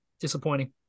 disappointing